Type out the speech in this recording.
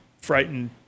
frightened